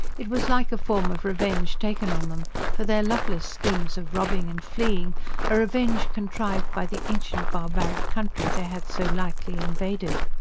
it was like a form of revenge taken on them, for their loveless schemes of robbing and fleeing a revenge contrived by the ancient, barbaric country they had so lightly invaded.